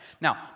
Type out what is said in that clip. Now